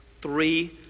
Three